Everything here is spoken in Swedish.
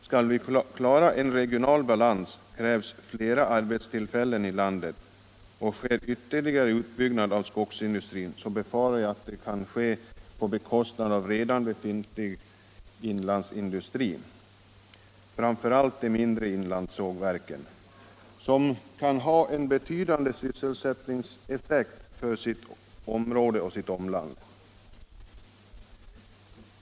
Skall vi klara en regional balans krävs fler arbetstillfällen i inlandet, och sker ytterligare utbyggnad av skogsindustrin befarar jag att det kan bli på bekostnad av redan befintlig inlandsindustri, framför allt de mindre inlandssågverken, som kan ha en betydande sysselsätltningseffekt för sitt område och sitt omland.